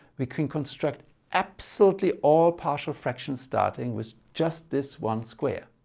we can construct absolutely all partial fractions starting with just this one square.